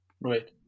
Right